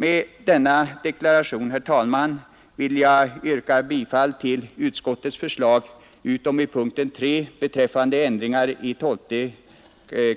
Med denna deklaration vill jag yrka bifall till utskottets förslag utom i punkten 3 beträffande ändringar i 12